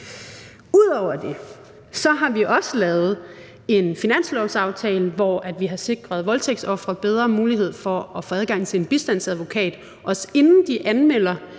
Ud over det har vi også lavet en finanslovsaftale, hvor vi har sikret voldtægtsofre bedre mulighed for at få adgang til en bistandsadvokat, også inden de anmelder